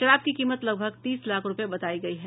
शराब की कीमत लगभग तीस लाख रुपये बताई गयी है